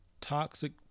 Toxic